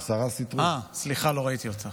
אה סליחה, לא ראיתי אותה.